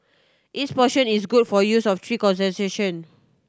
each portion is good for use of three occasion